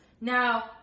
Now